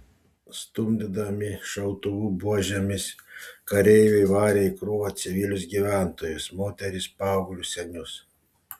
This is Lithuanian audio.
stumdydami šautuvų buožėmis kareiviai varė į krūvą civilius gyventojus moteris paauglius senius